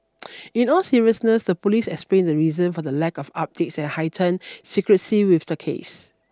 in all seriousness the police explained the reason for the lack of updates and heightened secrecy with the case